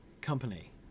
company